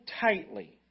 tightly